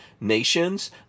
nations